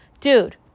Dude